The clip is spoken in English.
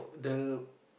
the